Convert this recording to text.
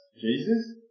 Jesus